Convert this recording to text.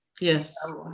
Yes